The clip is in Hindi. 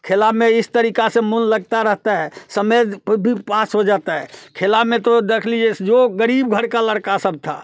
खेल में इस तरीक़े से मोन लगता रहता है समय भी पास हो जाता है खेल में तो देख लीजिए जो ग़रीब घर का लड़के सब थे